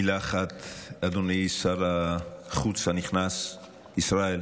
מילה אחת: אדוני שר החוץ הנכנס ישראל,